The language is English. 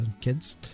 kids